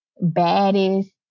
baddest